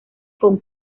con